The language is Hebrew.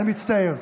אני מצטער.